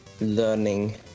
learning